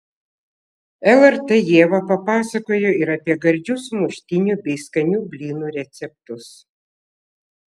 lrt ieva papasakojo ir apie gardžių sumuštinių bei skanių blynų receptus